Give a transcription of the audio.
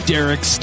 Derek